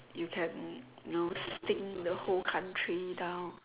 you can know stink the whole country down